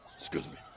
scuse me.